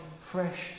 fresh